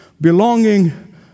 belonging